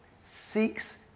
seeks